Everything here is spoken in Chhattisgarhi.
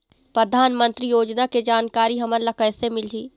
परधानमंतरी योजना के जानकारी हमन ल कइसे मिलही?